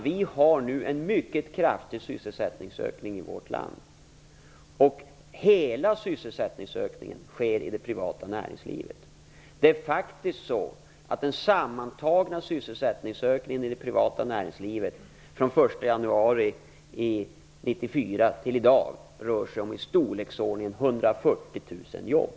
Vi har nu en mycket kraftig sysselsättningsökning i vårt land, och hela sysselsättningsökningen sker i det privata näringslivet. Den sammantagna sysselsättningsökningen i det privata näringslivet från den 1 januari 1994 fram till i dag uppgår till i storleksordningen 140 000 jobb.